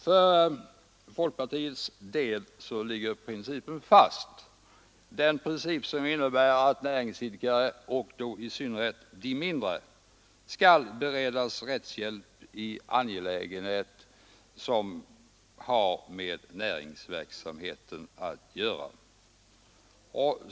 För folkpartiets del ligger principen fast, den princip som innebär att näringsidkare, i synnerhet de mindre, skall beredas möjlighet till rättshjälp i angelägenhet som har med näringsverksamheten att göra.